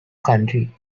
county